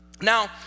Now